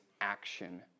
action